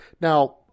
now